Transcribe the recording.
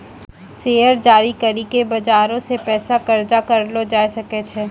share जारी करि के बजारो से पैसा कर्जा करलो जाय सकै छै